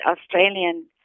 Australian